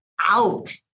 out